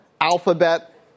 Alphabet